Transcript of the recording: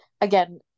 again